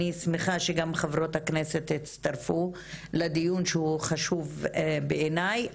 אני שמחה שגם חברות הכנסת הצטרפו לדיון שהוא חשוב בעיניי.